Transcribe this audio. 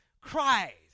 Christ